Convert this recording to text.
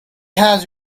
has